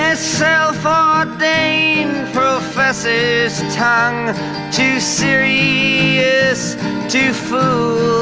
ah self-ordained professor's tongue too serious to fool